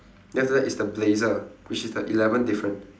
then after that is the blazer which is the eleventh difference